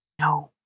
No